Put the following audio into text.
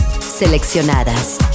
Seleccionadas